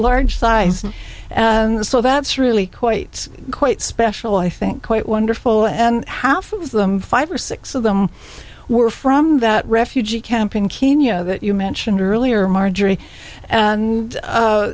large size and so that's really quite quite special i think quite wonderful and half of them five or six of them were from that refugee camp in kenya that you mentioned earlier margery and